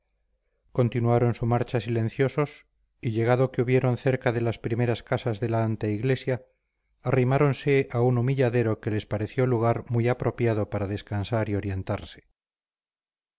continuaron su marcha silenciosos y llegado que hubieron cerca de las primeras casas de la anteiglesia arrimáronse a un humilladero que les pareció lugar muy apropiado para descansar y orientarse